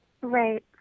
Right